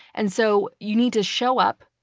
and so you need to show up.